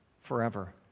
forever